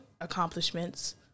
accomplishments